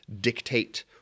dictate